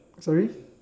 sorry